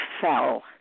fell